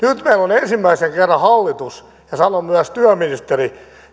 meillä on ensimmäisen kerran hallitus ja sanon myös työministeri